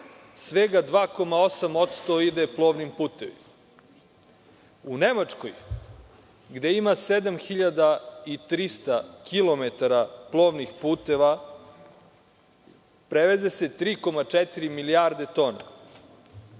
svega 2,8% ide plovnim putevima. U Nemačkoj, gde ima 7.300 kilometara plovnih puteva, preveze se 3,4 milijarde tona,